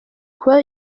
kuba